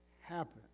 happen